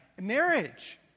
Marriage